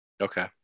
Okay